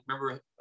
Remember